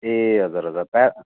ए हजुर हजुर प्या